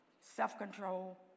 self-control